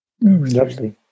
Lovely